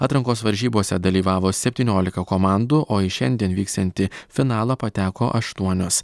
atrankos varžybose dalyvavo septyniolika komandų o į šiandien vyksiantį finalą pateko aštuonios